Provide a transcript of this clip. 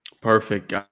Perfect